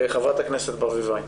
חברת הכנסת ברביבאי.